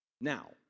Now